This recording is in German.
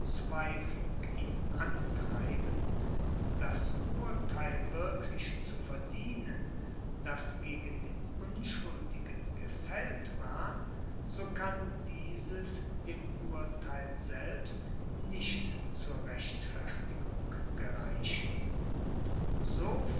ihn antreiben das urtheil wirklich zu verdienen das gegen den unschuldigen gefällt war so kann dieses dem urtheil selbst nicht zur rechtfertigung gereichen